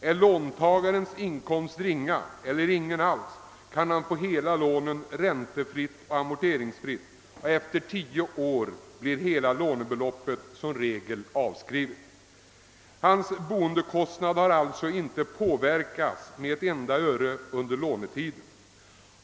Är hans inkomst ringa eller ingen alls, kan han få hela lånet ränteoch amorteringsfritt, och efter tio år blir hela lånebeloppet som regel avskrivet. Hans boendekostnad påverkas alltså inte med ett enda öre under lånetiden.